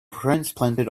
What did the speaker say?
transplanted